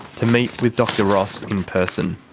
to meet with dr ross in person.